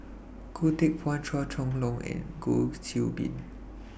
Goh Teck Phuan Chua Chong Long and Goh Qiu Bin